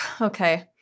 Okay